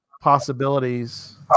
possibilities